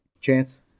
Chance